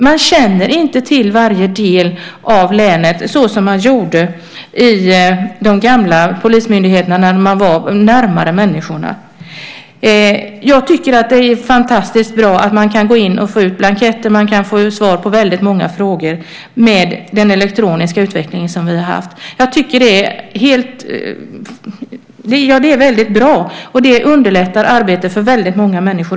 Man känner inte till varje del av länet så som man gjorde i de gamla polismyndigheterna, när man var närmare människorna. Jag tycker att det är fantastiskt bra att man kan gå in och få ut blanketter. Man kan få svar på väldigt många frågor med den elektroniska utveckling som vi har haft. Det är väldigt bra, och det underlättar arbetet för många människor.